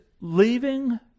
leaving